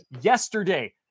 yesterday